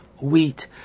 wheat